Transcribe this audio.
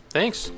Thanks